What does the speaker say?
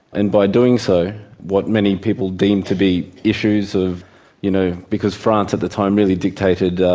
and by doing so what many people deemed to be issues of you know, because france at the time really dictated,